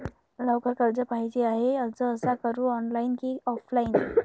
लवकर कर्ज पाहिजे आहे अर्ज कसा करु ऑनलाइन कि ऑफलाइन?